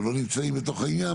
ולא נמצאים בתוך העניין,